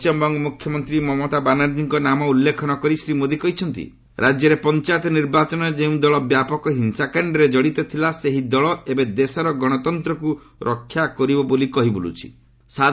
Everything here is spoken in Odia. ପଣ୍ଟିମବଙ୍ଗ ମୁଖ୍ୟମନ୍ତ୍ରୀ ମମତା ବାନାର୍ଚ୍ଚୀଙ୍କ ନାମ ଉଲ୍ଲେଖ କରି ଶ୍ରୀ ମୋଦି କହିଛନ୍ତି ରାଜ୍ୟରେ ପଞ୍ଚାୟତ ନିର୍ବାଚନରେ ଯେଉଁ ଦଳ ବ୍ୟାପକ ହିଂସାକାଣ୍ଡରେ କଡିତ ଥିଲା ସେହି ଦଳ ଏବେ ଦେଶର ଗଣତନ୍ତ୍ରକୁ ରକ୍ଷା କରିବ ବୋଲି କହିବୁଲୁଛି